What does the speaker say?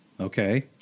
Okay